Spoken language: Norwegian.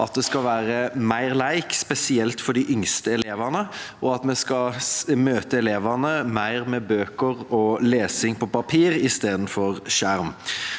at det skal være mer lek, spesielt for de yngste elevene, og at vi skal møte elevene mer med bøker og lesing på papir i stedet for skjerm.